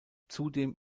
zudem